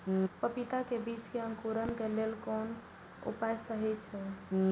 पपीता के बीज के अंकुरन क लेल कोन उपाय सहि अछि?